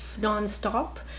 non-stop